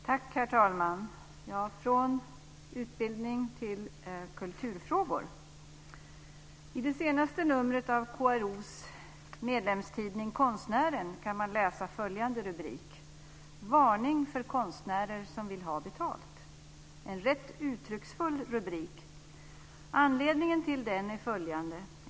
Herr talman! Från utbildning till kulturfrågor. I det senaste numret av KRO:s medlemstidning Konstnären kan man läsa följande rubrik: "Varning för konstnärer som vill ha betalt." En rätt uttrycksfull rubrik. Anledningen till den är följande.